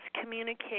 communicate